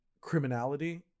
criminality